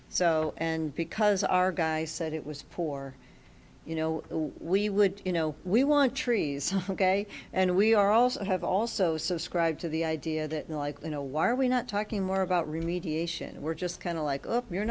so and because our guy said it was poor you know we would you know we want trees ok and we are also have also subscribe to the idea that unlike you know why are we not talking more about remediation we're just kind of like